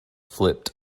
flipped